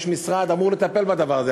יש משרד, הוא אמור לטפל בדבר הזה.